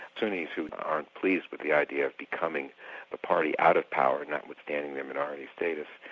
sunnis who aren't pleased with the idea of becoming the party out of power, notwithstanding their minority status,